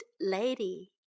lady